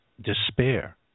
despair